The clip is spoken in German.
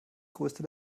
größte